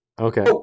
Okay